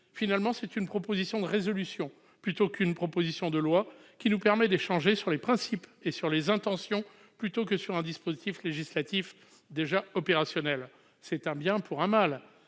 finalement une proposition de résolution plutôt qu'une proposition de loi qui nous permet d'échanger sur les principes et les intentions plutôt que sur un dispositif législatif déjà opérationnel. C'est un bien pour un mal,